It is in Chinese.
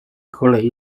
格雷